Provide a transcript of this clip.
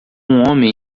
homem